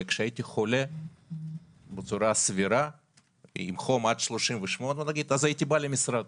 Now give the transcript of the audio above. וכשהייתי חולה עם חום עד 38 הייתי בא למשרד,